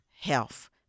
health